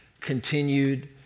continued